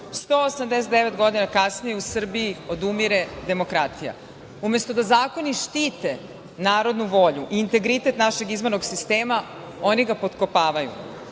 189 godina kasnije odumire demokratija. Umesto da zakoni štite narodnu volju i integritet našeg izbornog sistema, oni ga potkopavaju. Srbiju,